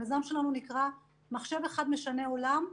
המיזם שלנו נקרא: מחשב אחד משנה עולם.